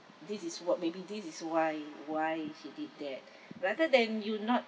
this is what maybe this is why why he did that rather than you not